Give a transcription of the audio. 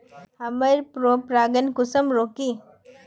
हमार पोरपरागण कुंसम रोकीई?